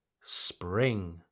Spring